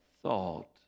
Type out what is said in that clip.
Thought